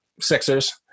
Sixers